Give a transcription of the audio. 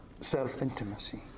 self-intimacy